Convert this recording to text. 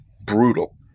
brutal